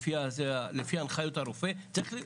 לפי הנחיות הרופא צריך ---'